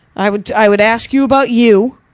i would i would ask you about you,